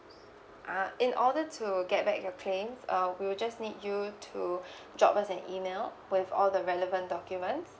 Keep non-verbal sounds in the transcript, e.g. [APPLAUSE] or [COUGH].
ah in order to get back your claims uh we will just need you to [BREATH] drop us an email with the relevant documents